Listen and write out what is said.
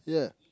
yeah